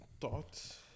Thoughts